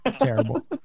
terrible